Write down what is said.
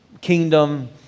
kingdom